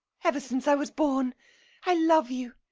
ever since i was born i love you,